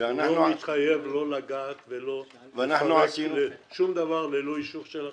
לא מתחייב לא לגעת ולא לעשות שום דבר ללא אישור שלכם?